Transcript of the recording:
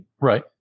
Right